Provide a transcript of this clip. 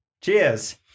Cheers